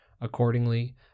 Accordingly